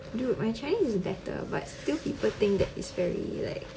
dude my chinese is better but still people think that it's like 催